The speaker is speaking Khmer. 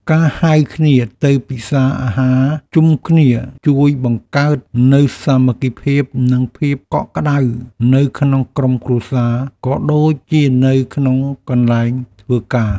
ការហៅគ្នាទៅពិសារអាហារជុំគ្នាជួយបង្កើតនូវសាមគ្គីភាពនិងភាពកក់ក្តៅនៅក្នុងក្រុមគ្រួសារក៏ដូចជានៅក្នុងកន្លែងធ្វើការ។